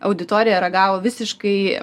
auditorija reagavo visiškai